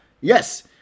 yes